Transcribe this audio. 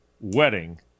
wedding